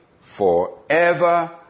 forever